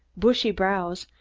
bushy brows,